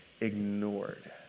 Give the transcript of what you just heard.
ignored